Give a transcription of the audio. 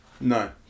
No